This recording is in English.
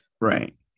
Right